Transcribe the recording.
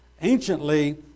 anciently